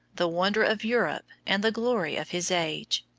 the wonder of europe and the glory of his age.